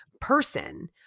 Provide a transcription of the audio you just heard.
person